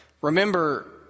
Remember